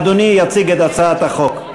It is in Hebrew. אדוני יציג את הצעת החוק.